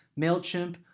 MailChimp